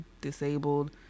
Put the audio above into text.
disabled